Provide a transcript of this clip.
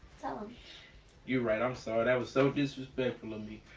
tell him. you're right, um so that was so disrespectful of me.